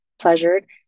pleasured